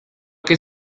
que